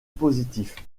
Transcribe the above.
positif